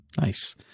Nice